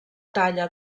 talla